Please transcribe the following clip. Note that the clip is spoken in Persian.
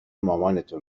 مامانتو